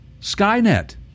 Skynet